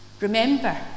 Remember